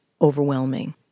overwhelming